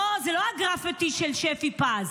זה לא הגרפיטי של שפי פז.